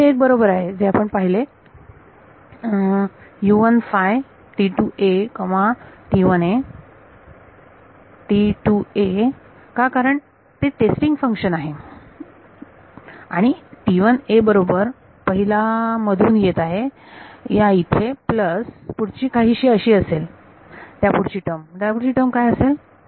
तर हे एक बरोबर आहे जे आपण लिहिले का कारण ते टेस्टिंग फंक्शन आहे आणि बरोबर पहिला मधून येत आहे या इथे प्लस पुढची काहीशी अशी असेल त्यापुढची टर्म काय असेल